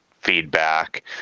Feedback